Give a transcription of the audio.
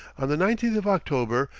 on the nineteenth of october,